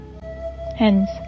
Hence